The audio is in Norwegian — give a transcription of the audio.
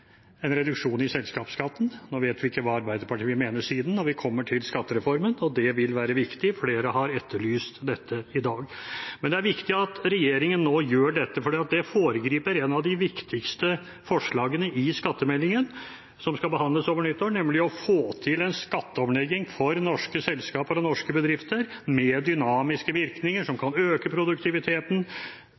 en reduksjon i selskapsskatten. Nå vet vi ikke hva Arbeiderpartiet vil mene siden, når vi kommer til skattereformen. Det vil være viktig. Flere har etterlyst dette i dag. Men det er viktig at regjeringen nå gjør dette, for det foregriper et av de viktigste forslagene i skattemeldingen, som skal behandles over nyttår, nemlig å få til en skatteomlegging for norske selskaper og norske bedrifter med dynamiske virkninger som kan øke produktiviteten,